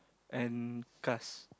and cast